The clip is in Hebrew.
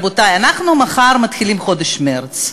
רבותי: אנחנו מחר מתחילים את חודש מרס.